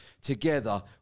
Together